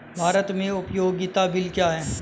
भारत में उपयोगिता बिल क्या हैं?